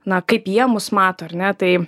na kaip jie mus mato ar ne tai